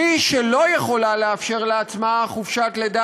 מי שלא יכולה לאפשר לעצמה חופשת לידה